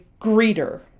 greeter